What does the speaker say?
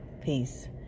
peace